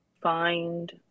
find